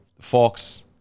Fox